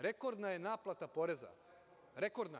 Rekordna je naplata poreza, rekordna.